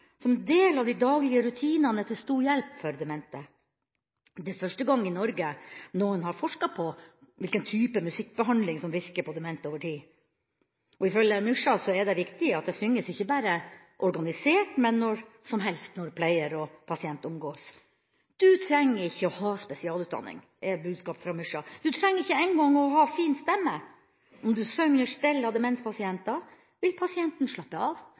som del av de daglige rutinene, er til stor hjelp for demente. Det er første gang noen i Norge har forsket på hvilken type musikkbehandling som virker på demente over tid. Ifølge Myskja er det viktig at det synges, ikke bare organisert, men når som helst når pleier og pasient omgås. Budskapet fra Myskja er at man ikke trenger å ha spesialutdanning. Man trenger ikke en gang å ha en fin stemme. Om du synger under stellet av demenspasienter, vil pasienten slappe av,